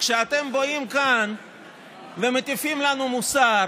כשאתם באים כאן ומטיפים לנו מוסר